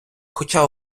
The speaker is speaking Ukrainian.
хоча